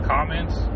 Comments